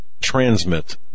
transmit